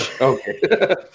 Okay